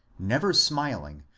never smiling,